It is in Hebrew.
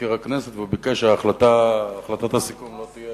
מזכיר הכנסת, והוא ביקש שהחלטת הסיכום לא תהיה